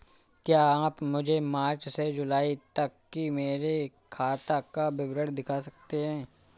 क्या आप मुझे मार्च से जूलाई तक की मेरे खाता का विवरण दिखा सकते हैं?